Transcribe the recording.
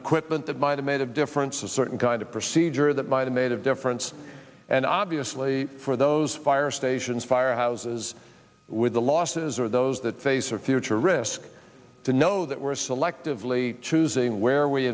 equipment that might have made a difference a certain kind of procedure that might a made of difference and obviously for those fire stations firehouses with the losses or those that face a future risk to know that we're selectively choosing where we